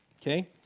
okay